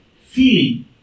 feeling